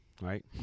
Right